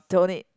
don't need